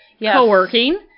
co-working